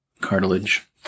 Cartilage